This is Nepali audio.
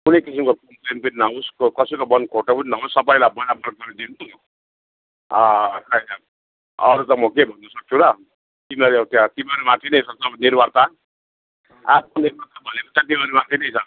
कुनै किसिमको कम्प्लेन पनि नहोस् कसैको मन खोटो पनि नहोस् सबैलाई बराबर बाँडिदिनु खोइ अब अरू त म के भन्नु सक्छु र तिमीहरू त्यहाँ तिमारू माथि नै छ सबै निर्भर्ता आफूले भनेको चाहिँ तिमीहरू गर्दै नै जानु